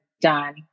done